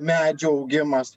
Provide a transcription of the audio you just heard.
medžių augimas